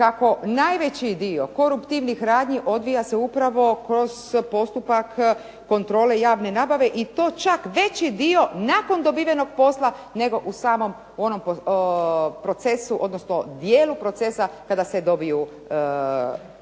kako najveći dio koruptivnih radnji odvija se upravo kroz postupak kontrole javne nabave i to čak veći dio nakon dobivenog posla nego u samom onom procesu odnosno dijelu procesa